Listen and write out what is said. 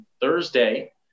Thursday